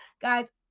Guys